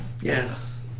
Yes